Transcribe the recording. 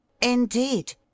Indeed